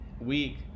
week